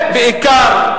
בעיקר,